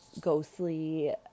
ghostly